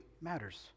matters